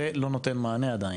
זה לא נותן מענה עדיין,